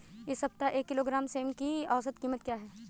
इस सप्ताह एक किलोग्राम सेम की औसत कीमत क्या है?